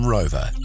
Rover